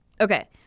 okay